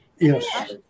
Yes